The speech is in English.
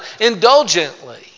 indulgently